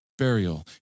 Burial